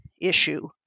issue